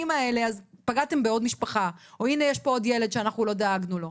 האלה אז פגעתם בעוד משפחה או הנה יש פה עוד ילד שאנחנו לא דאגנו לו.